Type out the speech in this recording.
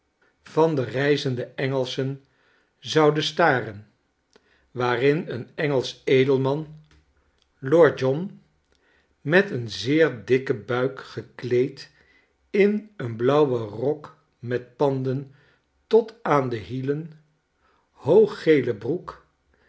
van de reizende engelschen zoude staren waarin een engelsch edelman lord john met een zeer dikken buik gekleed in een blauwen rok metpanden tot aan de hielen hooggele broek